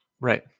Right